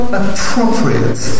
appropriate